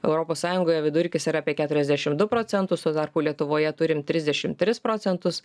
europos sąjungoje vidurkis yra apie keturiasdešim du procentus tuo tarpu lietuvoje turim trisdešim tris procentus